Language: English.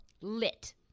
Lit